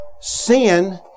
sin